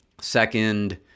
second